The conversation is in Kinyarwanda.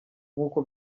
nk’uko